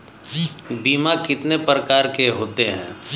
बीमा कितने प्रकार के होते हैं?